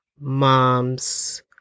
moms